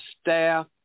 staff